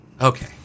okay